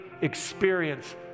experience